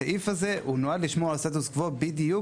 הסעיף הזה הוא נועד לשמור על הסטטוס קוו בדיוק